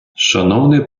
шановний